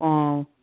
ꯑꯥ